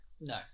no